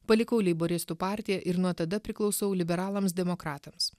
palikau leiboristų partiją ir nuo tada priklausau liberalams demokratams